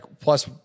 plus